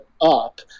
up